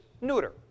neuter